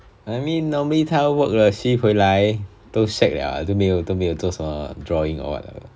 I mean normally tell 她 work 了 shift 回来都 shag liao 都没有都没有做 drawing or whatever